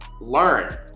learn